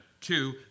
Two